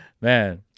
man